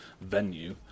venue